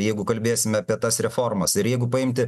jeigu kalbėsime apie tas reformas ir jeigu paimti